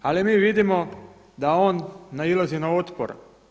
Ali mi vidimo da on nailazi na otpor.